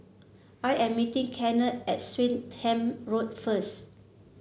I am meeting Kennard at Swettenham Road first